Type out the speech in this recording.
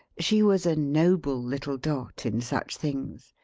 she was a noble little dot in such things,